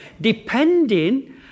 depending